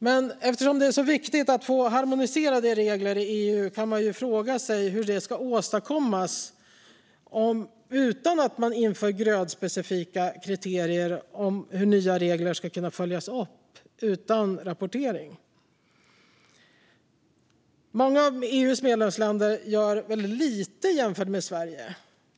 Men med tanke på att det är så viktigt att få harmoniserade regler i EU kan man fråga sig hur man ska kunna åstadkomma ett införande av grödspecifika kriterier utan rapportering. Hur ska nya regler då kunna följas upp? Många av EU:s medlemsländer gör väldigt lite jämfört med Sverige.